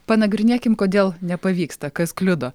panagrinėkim kodėl nepavyksta kas kliudo